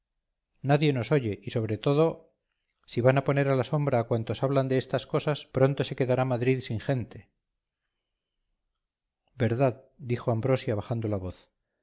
nadie nos oye y sobre todo si van a poner a la sombra a cuantos hablan de estas cosas pronto se quedará madrid sin gente verdad dijo ambrosia bajando la voz